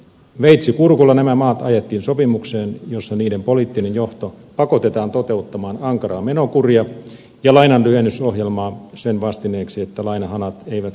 veitsi kurkulla nämä maat ajettiin sopimukseen jossa niiden poliittinen johto pakotetaan toteuttamaan ankaraa menokuria ja lainanlyhennysohjelmaa sen vastineeksi että lainahanat eivät kokonaan sulkeudu